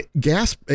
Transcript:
Gas